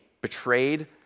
betrayed